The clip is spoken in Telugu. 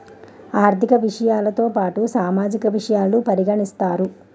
ఆర్థిక విషయాలతో పాటుగా సామాజిక విషయాలను పరిగణిస్తారు